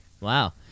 Wow